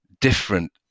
different